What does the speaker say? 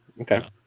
okay